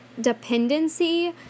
dependency